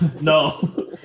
No